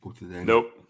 Nope